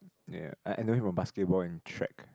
ya I I know him from basketball and track